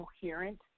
coherent